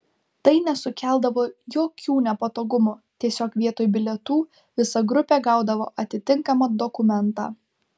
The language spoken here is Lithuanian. tai nesukeldavo jokių nepatogumų tiesiog vietoj bilietų visa grupė gaudavo atitinkamą dokumentą